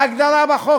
בהגדרה בחוק,